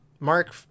Mark